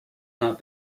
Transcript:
not